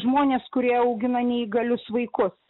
žmonės kurie augina neįgalius vaikus